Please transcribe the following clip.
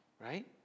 right